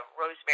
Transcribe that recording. Rosemary